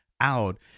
out